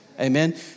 Amen